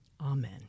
amen